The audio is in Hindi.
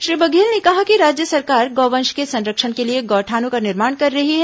श्री बघेल ने कहा कि राज्य सरकार गौ वंश के संरक्षण के लिए गौठानों का निर्माण कर रही है